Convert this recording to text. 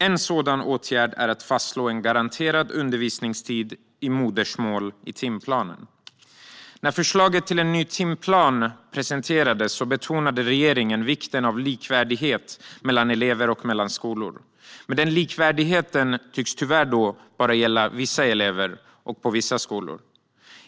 En sådan åtgärd är att i timplanen fastslå en garanterad undervisningstid i modersmål. När förslaget till ny timplan presenterades betonade regeringen vikten av likvärdighet mellan elever och skolor. Men denna likvärdighet tycks tyvärr bara gälla vissa elever och på vissa skolor.